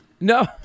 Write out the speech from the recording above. No